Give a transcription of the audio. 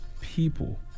people